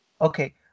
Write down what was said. Okay